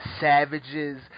Savages